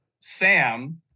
Sam